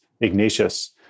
Ignatius